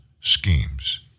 schemes